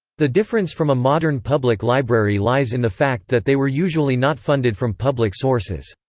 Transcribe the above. the difference from a modern public library lies in the fact that they were usually not funded from public sources.